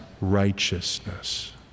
righteousness